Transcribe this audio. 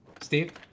Steve